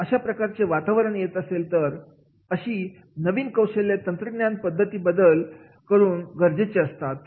जर अशा प्रकारचे वातावरण येत असेल तर अशी नवीन कौशल्य तंत्रज्ञान आणि पद्धतीतील बदला कडून गरजेची असतील